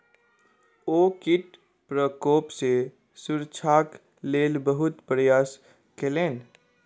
ओ कीट प्रकोप सॅ सुरक्षाक लेल बहुत प्रयास केलैन